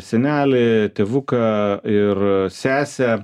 senelį tėvuką ir sesę